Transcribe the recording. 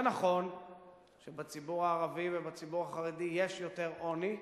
זה נכון שבציבור הערבי ובציבור החרדי יש יותר עוני,